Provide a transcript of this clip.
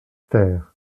terre